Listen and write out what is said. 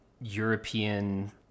European